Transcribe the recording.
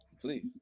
Please